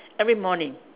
every morning